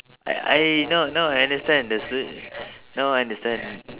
I I now now I understand the sol~ now I understand